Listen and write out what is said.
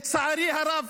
לצערי הרב,